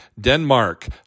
Denmark